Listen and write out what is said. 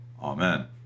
Amen